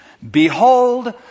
Behold